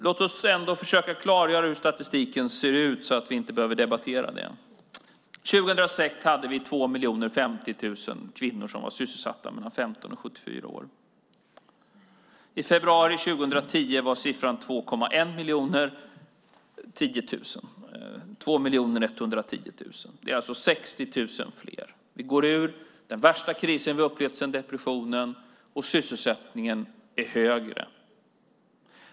Låt oss ändå försöka klargöra hur statistiken ser ut så att vi inte behöver debattera det. 2006 hade vi 2 050 000 kvinnor mellan 15 och 74 år som var sysselsatta. I februari 2010 var siffran 2 110 000. Det är alltså 60 000 fler. Vi går ur den värsta kris vi har upplevt sedan depressionen, och sysselsättningen är högre.